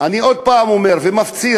אני עוד פעם אומר ומפציר,